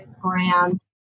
brands